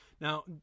Now